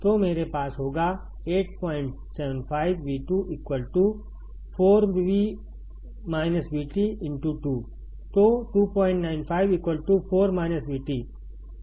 तो मेरे पास होगा 875 V2 2 तो 295 4 VT